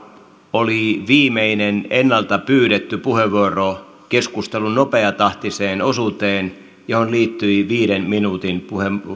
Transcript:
oli viimeinen ennalta pyydetty puheenvuoro keskustelun nopeatahtiseen osuuteen johon liittyi viiden minuutin